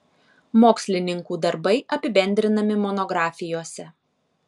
mokslininkų darbai apibendrinami monografijose